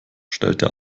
stellte